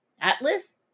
Atlas